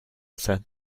said